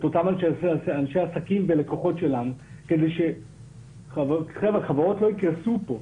את אותם אנשי עסקים ולקוחות שלנו כדי שחברות לא יקרסו פה.